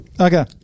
Okay